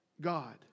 God